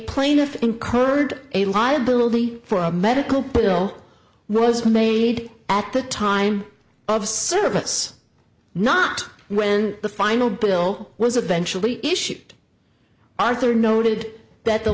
plaintiff incurred a liability for a medical bill was made at the time of service not when the final bill was eventually issued arthur noted that the